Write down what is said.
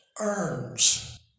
earns